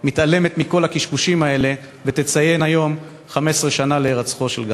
באזור שלנו מתפרנסים מחקלאות, ובעיקר מתמרים.